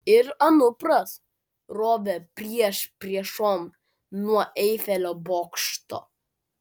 ir anupras rovė priešpriešom nuo eifelio bokšto